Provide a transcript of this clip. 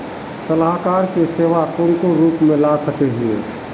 सलाहकार के सेवा कौन कौन रूप में ला सके हिये?